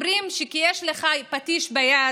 אומרים שכשיש לך פטיש ביד,